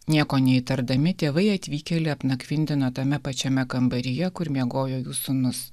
nieko neįtardami tėvai atvykėlį apnakvindino tame pačiame kambaryje kur miegojo jų sūnus